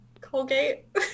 Colgate